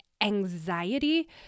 anxiety